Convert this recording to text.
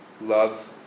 love